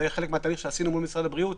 זה חלק מהתהליך שעשינו מול משרד הבריאות.